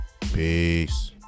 peace